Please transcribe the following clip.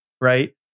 Right